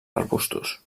arbustos